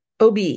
OB